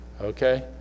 Okay